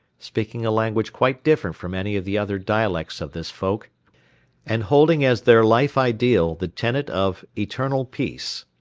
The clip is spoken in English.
speaking a language quite different from any of the other dialects of this folk and holding as their life ideal the tenet of eternal peace.